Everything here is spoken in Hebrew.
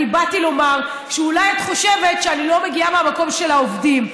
אני באתי לומר שאולי את חושבת שאני לא מגיעה מהמקום של העובדים,